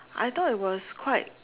I thought it was quite